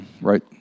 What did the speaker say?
Right